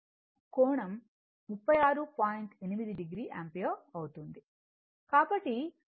8 o ampere అవుతుంది